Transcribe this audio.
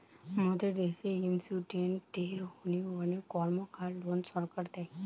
মোদের দ্যাশে ইস্টুডেন্টদের হোনে অনেক কর্মকার লোন সরকার দেয়